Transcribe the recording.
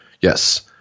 Yes